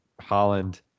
Holland